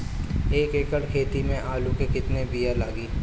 एक एकड़ खेती में आलू के कितनी विया लागी?